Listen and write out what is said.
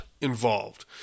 involved